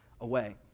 away